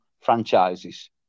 franchises